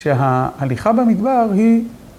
שההליכה במדבר היא...